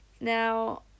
Now